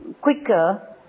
quicker